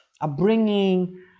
upbringing